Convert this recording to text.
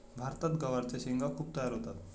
भारतात गवारच्या शेंगा खूप तयार होतात